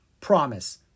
Promise